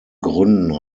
gründen